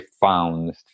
found